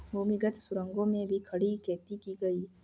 भूमिगत सुरंगों में भी खड़ी खेती की गई